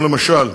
למשל: